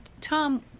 Tom